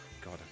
god